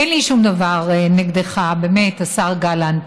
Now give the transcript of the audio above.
אין לי שום דבר נגדך, באמת, השר גלנט.